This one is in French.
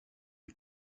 est